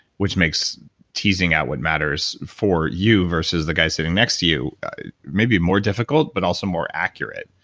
which makes teasing out what matters for you versus the guy sitting next to you maybe more difficult, but also more accurate.